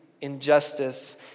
injustice